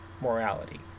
morality